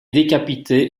décapité